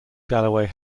galloway